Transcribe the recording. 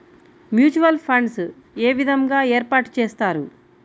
Mutual funds ఏ విధంగా ఏర్పాటు చేస్తారు?